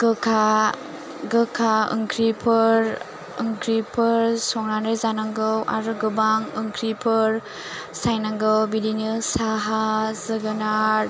गोखा गोखा ओंख्रिफोर ओंख्रिफोर संनानै जानांगौ आरो गोबां ओंख्रिफोर सायनांगौ बिदिनो साहा जोगोनार